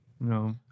No